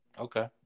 okay